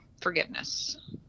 forgiveness